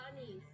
bunnies